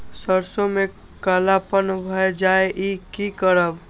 सरसों में कालापन भाय जाय इ कि करब?